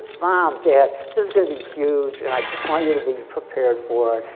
mom, dad, this is gonna be huge and i just want you to be prepared for it,